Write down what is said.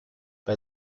bei